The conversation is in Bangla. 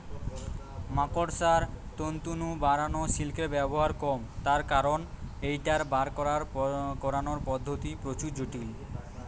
মাকড়সার তন্তু নু বারানা সিল্কের ব্যবহার কম তার কারণ ঐটার বার করানার পদ্ধতি প্রচুর জটিল